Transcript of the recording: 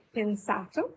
pensato